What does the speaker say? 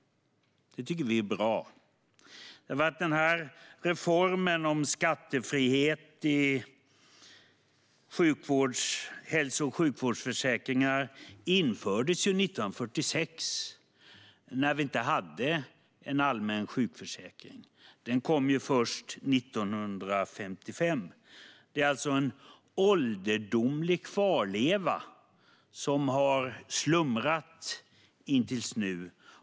Det tycker vi är bra. Denna reform om skattefrihet för hälso och sjukvårdsförsäkringar infördes 1946, när vi inte hade en allmän sjukförsäkring. Den infördes först 1955. Det är alltså en ålderdomlig kvarleva som har slumrat till nu.